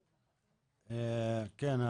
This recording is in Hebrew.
-- כן,